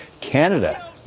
Canada